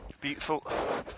Beautiful